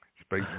space